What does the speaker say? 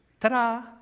Ta-da